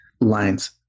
lines